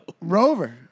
Rover